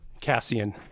Cassian